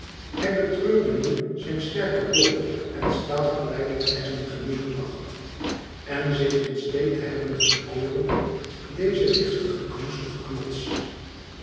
hij betreurde nu zijn sterken boog en stalen pijlen te hebben geminacht en zich in steê te hebben verkoren dezen wichtigen knoestigen knots